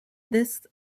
this